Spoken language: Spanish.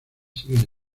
siguen